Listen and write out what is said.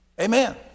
Amen